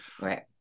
right